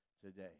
today